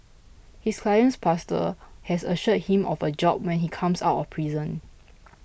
his client's pastor has assured him of a job when he comes out of prison